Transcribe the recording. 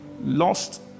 lost